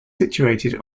situated